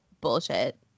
bullshit